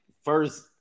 first